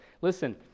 Listen